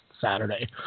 Saturday